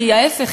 ההפך,